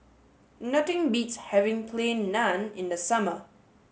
nothing beats having plain Naan in the summer